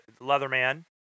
Leatherman